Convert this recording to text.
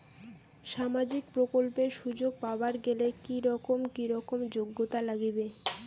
সামাজিক প্রকল্পের সুযোগ পাবার গেলে কি রকম কি রকম যোগ্যতা লাগিবে?